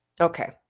Okay